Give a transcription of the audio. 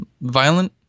violent